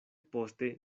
poste